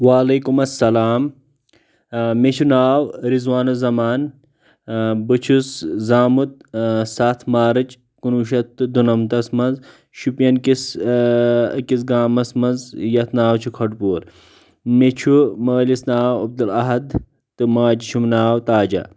وعلیکم اسلام مے چھ ناو رضوان زمان بہ چھُس زامُت ستھ مارچ کنوہ شتھ تہ دُنمتس منز شُپین کس اکس گامس منز یتھ ناو چِھ کھۄڈ پوٗر مے چھ مٲلس ناو عبدالاحد تہِ ماجہِ چھُم ناو تاجہ